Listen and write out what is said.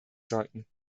sollten